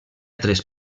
tres